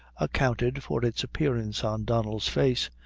accounted for its appearance on donnel's face,